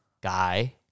guy